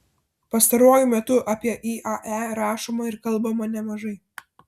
pastaruoju metu apie iae rašoma ir kalbama nemažai